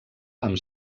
amb